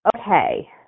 Okay